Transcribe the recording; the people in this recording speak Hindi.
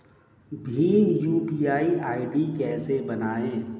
भीम यू.पी.आई आई.डी कैसे बनाएं?